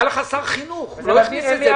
היה לך שר חינוך והוא לא הכניס את זה,